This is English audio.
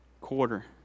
quarter